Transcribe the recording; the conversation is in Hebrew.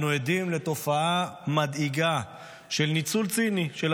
אנו עדים לתופעה מדאיגה של ניצול ציני של